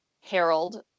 Harold